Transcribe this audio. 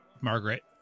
Margaret